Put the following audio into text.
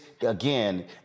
again